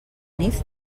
nif